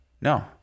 no